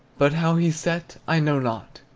but how he set, i know not.